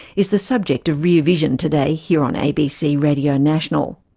is the subject of rear vision today here on abc radio national.